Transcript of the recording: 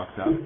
up